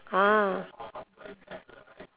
!huh!